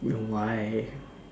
you why